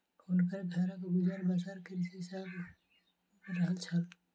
हुनकर घरक गुजर बसर कृषि सॅ भअ रहल छल